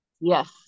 Yes